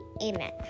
amen